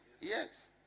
Yes